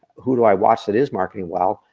who do i watch that is marketing well,